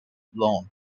lawn